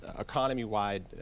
economy-wide